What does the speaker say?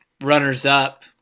runners-up